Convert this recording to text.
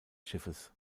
schiffes